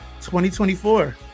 2024